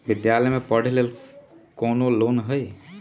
विद्यालय में पढ़े लेल कौनो लोन हई?